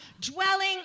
dwelling